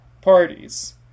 parties